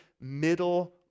middle